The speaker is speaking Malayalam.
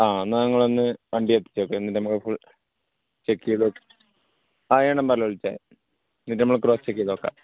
ആ എന്നാല് നിങ്ങളൊന്നു വണ്ടി എത്തിച്ചേക്ക് എന്നിട്ട് നമുക്ക് ഫുൾ ചെക്കെയ്തോക്കി ആ ഈ നമ്പറില് വിളിച്ചാല് മതി എന്നിട്ട് നമ്മള് ക്രോസ്സ് ചെക്കെയ്തുനോക്കാം